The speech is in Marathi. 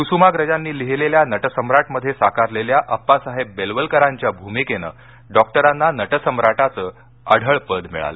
कुसुमाग्रजांनी लिहिलेल्या नटसम्राट मध्ये साकारलेल्या अप्पासाहेब बेलवलकरांच्या भूमिकेनं डॉक्टरांना नटसम्राटाचं अढळपद मिळालं